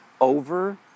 over